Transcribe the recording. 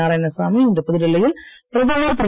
நாராயணசாமி இன்று புதுடில்லியில் பிரதமர் திரு